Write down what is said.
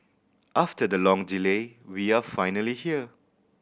after the long delay we are finally here